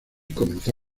comenzó